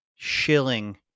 Shilling